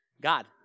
God